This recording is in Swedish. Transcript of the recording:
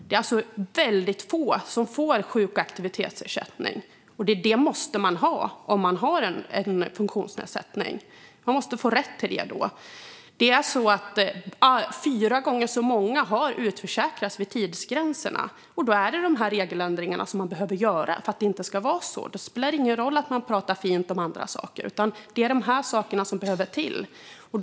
Det är alltså väldigt få som får sjuk och aktivitetsersättning, och det måste man ha om man har en funktionsnedsättning. Man måste få rätt till det. Fyra gånger så många har utförsäkrats vid tidsgränserna, och då behöver man göra regeländringar, för det ska inte vara så. Då spelar det ingen roll att man pratar fint om andra saker, utan det är detta som behöver göras.